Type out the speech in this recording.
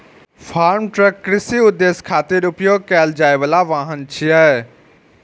farm truck कृषि उद्देश्य खातिर उपयोग कैल जाइ बला वाहन छियै